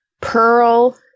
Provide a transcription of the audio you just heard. Pearl